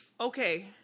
Okay